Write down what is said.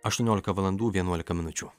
aštuoniolika valandų vienuolika minučių